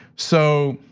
so,